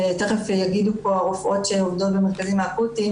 ותיכף יגידו פה הרופאות שעובדות במרכזים האקוטיים